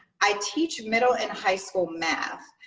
i teach middle and high school math.